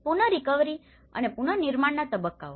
પુન રીકવરી અને પુનર્નિર્માણના તબક્કાઓ